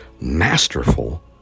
Masterful